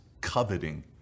coveting